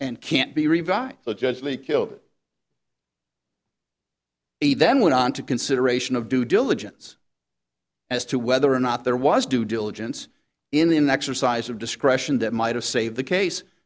and can't be revived the judge may kill it a then went on to consideration of due diligence as to whether or not there was due diligence in the an exercise of discretion that might have saved the case